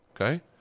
Okay